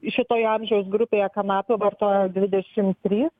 šitoje amžiaus grupėje kanapių vartoja dvidešimt trys